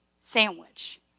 sandwich